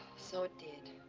so it did.